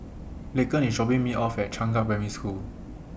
Laken IS dropping Me off At Changkat Primary School